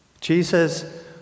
Jesus